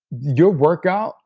your workout